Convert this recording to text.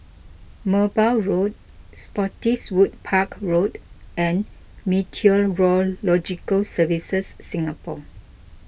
Merbau Road Spottiswoode Park Road and Meteorological Services Singapore